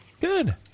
Good